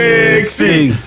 Mixing